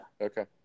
Okay